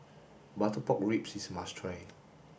butter pork ribs is must try